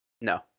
No